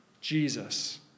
Jesus